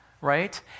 right